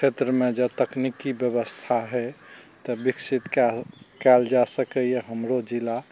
क्षेत्रमे जँ तकनीकी व्यवस्था है तऽ विकसित कयल कयल जा सकइए हमरो जिला